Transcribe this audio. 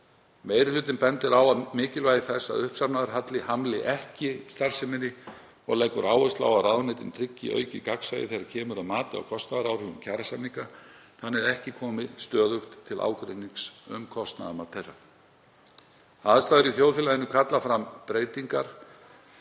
Meiri hlutinn bendir á mikilvægi þess að uppsafnaður halli hamli ekki starfseminni og leggur áherslu á að ráðuneytið tryggi aukið gagnsæi þegar kemur að mati á kostnaðaráhrifum kjarasamninga þannig að ekki komi stöðugt til ágreinings um kostnaðarmat þeirra. Aðstæður í þjóðfélaginu kalla fram breytingar